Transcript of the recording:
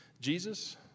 Jesus